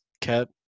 kept